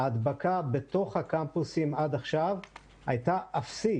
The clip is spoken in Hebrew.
ההדבקה בתוך הקמפוסים עד עכשיו הייתה אפסית.